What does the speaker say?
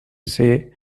say